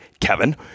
Kevin